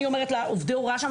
אני אומרת לעובדי הוראה שם,